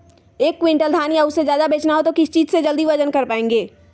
एक क्विंटल धान या उससे ज्यादा बेचना हो तो किस चीज से जल्दी वजन कर पायेंगे?